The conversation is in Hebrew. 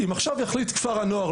אם עכשיו יחליט כפר הנוער,